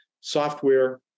software